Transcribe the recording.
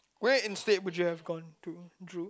where instead would you have gone to Drew